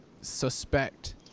suspect